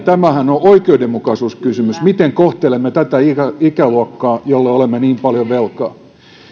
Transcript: on oikeudenmukaisuuskysymys miten kohtelemme tätä ikäluokkaa jolle olemme niin paljon velkaa